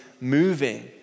moving